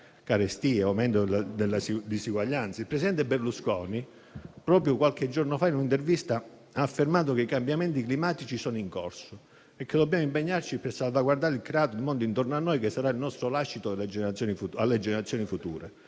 Il presidente Berlusconi, proprio qualche giorno fa, in un'intervista ha affermato che i cambiamenti climatici sono in corso e che dobbiamo impegnarci per salvaguardare il mondo intorno a noi, che sarà il nostro lascito alle generazioni future.